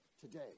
today